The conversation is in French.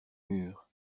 murs